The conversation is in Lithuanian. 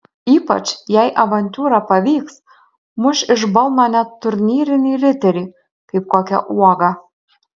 ypač jei avantiūra pavyks muš iš balno net turnyrinį riterį kaip kokią uogą